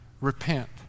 Repent